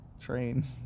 train